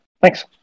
Thanks